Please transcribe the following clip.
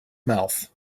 mouth